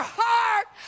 heart